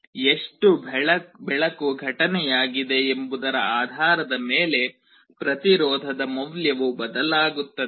ಎಷ್ಟು ಬೆಳಕು ಘಟನೆಯಾಗಿದೆ ಎಂಬುದರ ಆಧಾರದ ಮೇಲೆ ಪ್ರತಿರೋಧದ ಮೌಲ್ಯವು ಬದಲಾಗುತ್ತದೆ